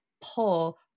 pull